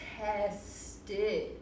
tested